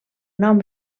nom